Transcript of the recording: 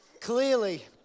clearly